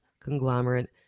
conglomerate